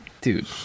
Dude